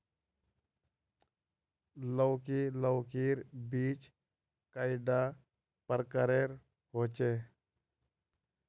लौकी लौकीर बीज कैडा प्रकारेर होचे?